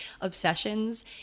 obsessions